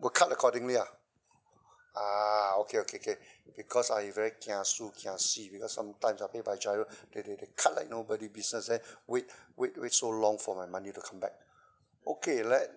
will cut accordingly ah ah okay okay okay because I very kiasu kiasi because sometimes I pay by GIRO they they they cut like nobody business then wait wait wait so long for my money to come back okay let